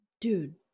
dude